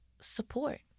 support